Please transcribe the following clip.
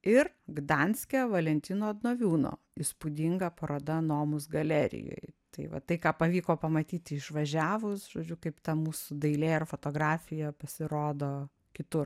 ir gdanske valentino odnoviuno įspūdinga paroda nomus galerijoj tai va tai ką pavyko pamatyti išvažiavus žodžiu kaip ta mūsų dailė ir fotografija pasirodo kitur